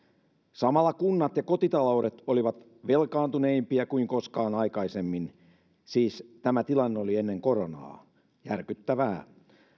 samalla kunnat ja kotitaloudet olivat velkaantuneempia kuin koskaan aikaisemmin siis tämä tilanne oli ennen koronaa järkyttävää